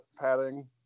padding